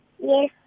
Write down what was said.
Yes